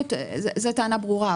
עיוות זה טענה ברורה,